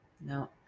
No